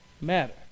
Matter